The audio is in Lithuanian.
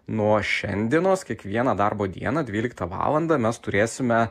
nuo šiandienos kiekvieną darbo dieną dvyliktą valandą mes turėsime